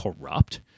corrupt